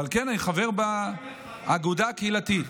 אבל אני כן חבר באגודה הקהילתית,